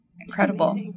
incredible